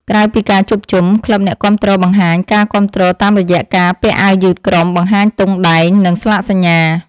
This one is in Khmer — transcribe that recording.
ក្រៅពីការជួបជុំ ក្លឹបអ្នកគាំទ្របង្ហាញការគាំទ្រតាមរយៈការពាក់អាវយឺតក្រុម បង្ហាញទង់ដែង និងស្លាកសញ្ញា។